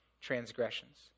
transgressions